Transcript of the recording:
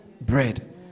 bread